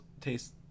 taste